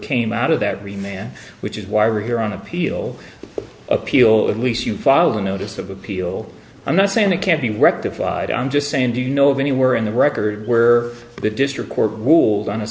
came out of that remain which is why we're here on appeal appeal at least you follow the notice of appeal i'm not saying it can't be rectified i'm just saying do you know of anywhere in the record where the district court ruled on